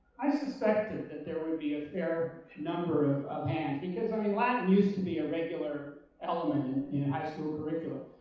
i suspected that there would be a fair number of hands. because i mean latin used to be a regular element in you know a high school curriculum.